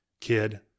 kid